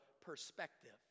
perspective